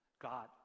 God